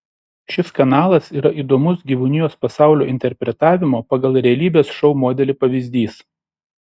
šis kanalas yra įdomus gyvūnijos pasaulio interpretavimo pagal realybės šou modelį pavyzdys